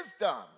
Wisdom